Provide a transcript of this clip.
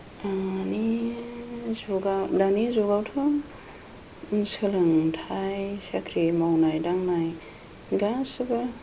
दानि जुगा दानि जुगावथ' सोलोंथाय साख्रि मावनाय दांनाय गासैबो